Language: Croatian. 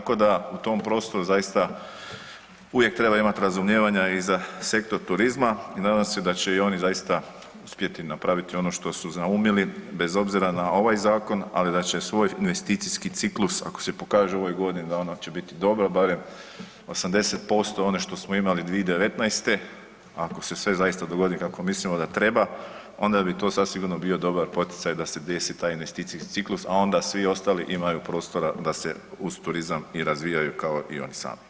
Tako da u tom prostoru zaista uvijek treba imati razumijevanje i za sektor turizma i nadam se da će i oni zaista uspjeti napraviti ono što su naumili bez obzira na ovaj zakon, ali da će svoj investicijski ciklus ako se pokaže u ovoj godini da ona će biti dobra, barem 80% one što smo imali 2019.-te, ako se sve zaista dogodi kako mislimo da treba onda bi to zasigurno bio dobar poticaj da se desi taj investicijski ciklus, a onda svi ostali imaju prostora da se uz turizam i razvijaju kao i oni sami.